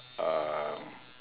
um